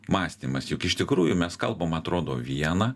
mąstymas juk iš tikrųjų mes kalbam atrodo viena